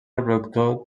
reproductor